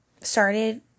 started